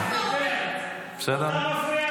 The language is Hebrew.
--- אתה מפריע